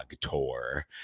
tour